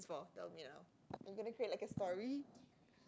for tell me now are you going to create like a story